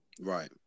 right